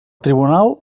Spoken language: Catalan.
tribunal